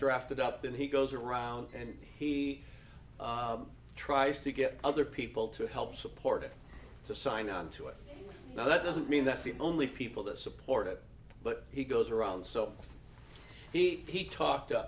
drafted up then he goes around and he tries to get other people to help support it to sign on to it now that doesn't mean that's the only people that support it but he goes around so he talked